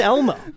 Elmo